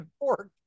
pork